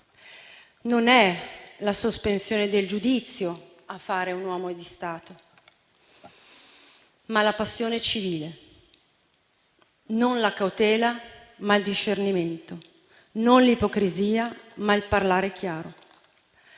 non è la sospensione del giudizio a fare un uomo di Stato, ma la passione civile, non la cautela ma il discernimento, non l'ipocrisia ma il parlare chiaro.